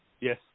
Yes